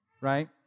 right